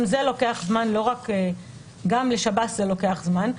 גם זה לוקח זמן, גם לשב"ס זה לוקח זמן.